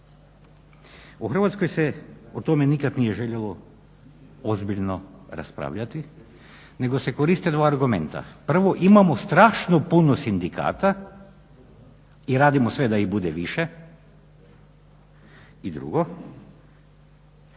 U Hrvatskoj se o tome nikad nije željelo ozbiljno raspravljati nego se koriste dva argumenta: prvo, imamo strašno puno sindikata i radimo sve da ih bude više i drugo